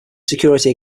security